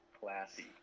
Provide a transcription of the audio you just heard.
Classy